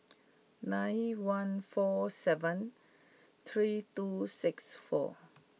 nine one four seven three two six four